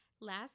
Last